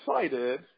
excited